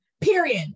period